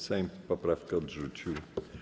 Sejm poprawkę odrzucił.